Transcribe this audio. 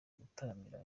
gutaramira